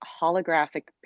holographic